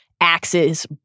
Axe's